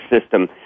system